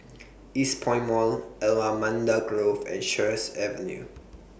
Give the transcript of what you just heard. Eastpoint Mall Allamanda Grove and Sheares Avenue